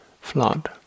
flood